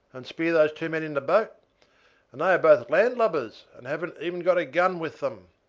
and spear those two men in the boat and they are both landlubbers, and haven't even got a gun with them.